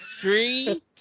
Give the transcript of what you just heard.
Three